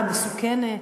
המסוכנת.